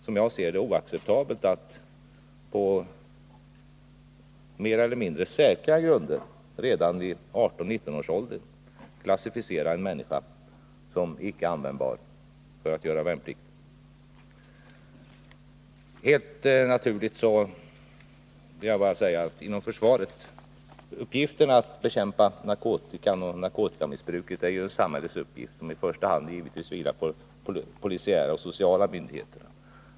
Som jag ser det är det oacceptabelt att på mer eller mindre säkra grunder klassificera en människa redan i 18-19-årsåldern som icke användbar för värnpliktstjänstgöring. Att bekämpa narkotikamissbruket är en samhällsuppgift, som i första hand givetvis vilar på polisiära och sociala myndigheter.